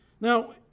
Now